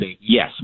yes